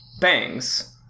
bangs